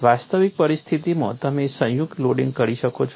વાસ્તવિક પરિસ્થિતિમાં તમે સંયુક્ત લોડિંગ કરી શકો છો